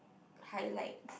highlights